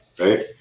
Right